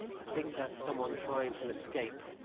i think that someone trying to escape,